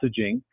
messaging